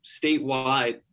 statewide